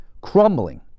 crumbling